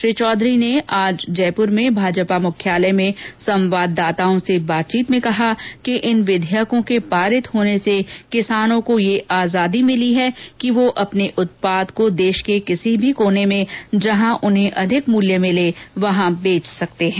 श्री चौधरी ने आज जयपुर में भाजपा मुख्यालय में संवाददाताओं से बातचीत में कहा कि इन विधेयकों के के पारित होने से किसान को यह आजादी मिली है कि वह अपने उत्पाद को देश के किसी भी कोने में जहां अधिक मूलय मिले वहां बेच सकते है